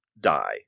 die